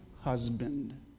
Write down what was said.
husband